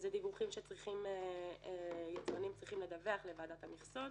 זה דיווחים שיצרנים צריכים לדווח לוועדת המכסות.